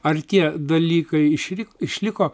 ar tie dalykai išrik išliko